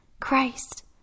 Christ